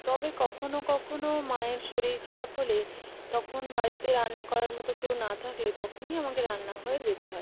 তবে কখনও কখনও মায়ের শরীর খারাপ হলে তখন বাড়িতে রান্না করার মতো কেউ না থাকলে তখনই আমাকে রান্নাঘরে যেতে হয়